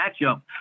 matchup